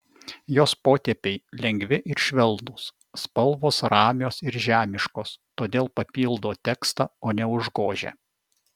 jos potėpiai lengvi ir švelnūs spalvos ramios ir žemiškos todėl papildo tekstą o ne užgožia